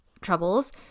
troubles